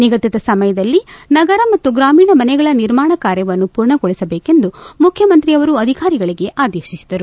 ನಿಗದಿತ ಸಮಯದಲ್ಲಿ ನಗರ ಮತ್ತು ಗ್ರಾಮೀಣ ಮನೆಗಳ ನಿರ್ಮಾಣ ಕಾರ್ಯವನ್ನು ಪೂರ್ಣಗೊಳಿಸಬೇಕೆಂದು ಮುಖ್ಯಮಂತ್ರಿ ಅವರು ಅಧಿಕಾರಿಗಳಿಗೆ ಆದೇತಿಸಿದರು